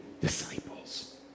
disciples